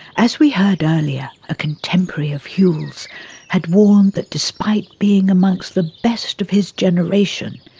as we heard earlier, a contemporary of whewell's had warned that despite being amongst the best of his generation,